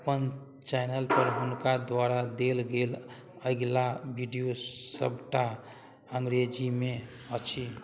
अपन चैनलपर हुनका द्वारा देल गेल अगिला वीडियो सबटा अंग्रेजीमे अछि